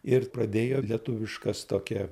ir pradėjo lietuviškas tokia